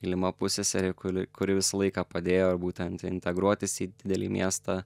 mylima pusseserė kuri kuri visą laiką padėjo būtent integruotis į didelį miestą